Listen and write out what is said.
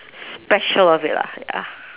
special of it lah ya